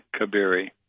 Kabiri